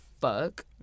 fuck